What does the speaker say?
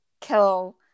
kill